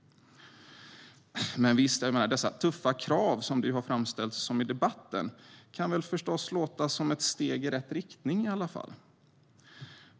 Men visst, dessa tuffa krav, som de ju har framställts som i debatten, kan förstås låta som ett steg i rätt riktning i alla fall.